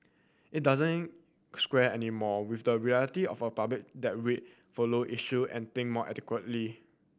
it doesn't square anymore with the reality of a public that read follow issue and think more adequately